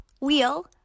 Wheel